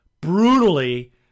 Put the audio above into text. brutally